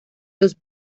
los